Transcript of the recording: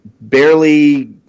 barely